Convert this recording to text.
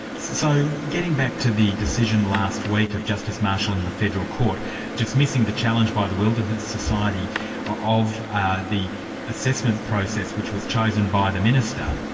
so getting back to the decision last week of justice marshall in the federal court dismissing the challenge by the wilderness society ah of ah the assessment process which was chosen by the minister,